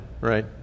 right